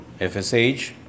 FSH